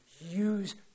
Use